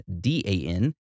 D-A-N